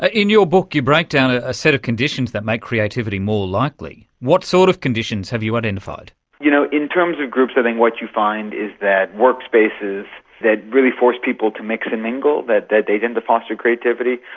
ah in your book you break down a set of conditions that make creativity more likely. what sort of conditions have you identified? you know, in terms of groups i think and what you find is that workspaces that really force people to mix and mingle, that that they tend to foster creativity.